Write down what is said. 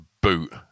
boot